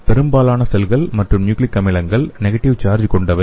பெரும்பாலான செல்கள் மற்றும் நியூக்ளிக் அமிலங்கள் நெகடிவ் சார்ஜ் கொண்டவை